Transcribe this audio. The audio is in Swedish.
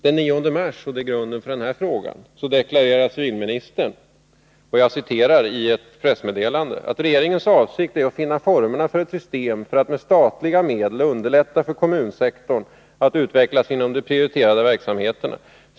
Den 9 mars — och det är bakgrunden till den här frågan — deklarerade civilministern enligt ett pressmeddelande följande: ”Regeringens avsikt är att finna formerna för ett system för att med statliga medel underlätta för kommunsektorn att utvecklas inom de prioriterade verksamheterna.